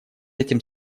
этим